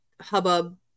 hubbub